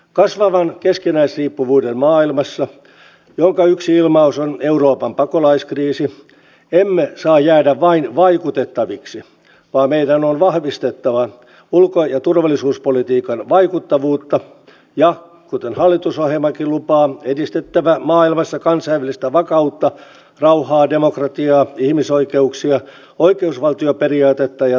kasvavan keskinäisriippuvuuden maailmassa jonka yksi ilmaus on euroopan pakolaiskriisi emme saa jäädä vain vaikutettaviksi vaan meidän on vahvistettava ulko ja turvallisuuspolitiikan vaikuttavuutta ja kuten hallitusohjelmakin lupaa edistettävä maailmassa kansainvälistä vakautta rauhaa demokratiaa ihmisoikeuksia oikeusvaltioperiaatetta ja tasa arvoa